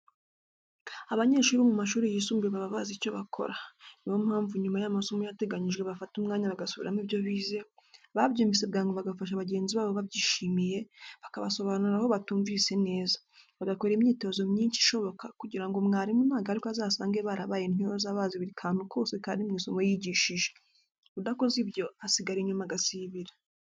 Abanyeshuri bo mu mashuri yisumbuye baba bazi icyo bakora, ni yo mpamvu nyuma y'amasomo yateganyijwe bafata umwanya bagasubiramo ibyo bize, ababyumvise bwangu bagafasha bagenzi babo babyishimiye, bakabasobanurira aho batumvise neza, bagakora imyitozo myinshi ishoboka kugira ngo mwarimu nagaruka azasange barabaye intyoza bazi buri kantu kose kari mu isomo yigishije. Udakoze ibyo asigara inyuma agasibira.